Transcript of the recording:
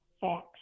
facts